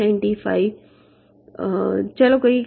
95 ચાલો કહીએ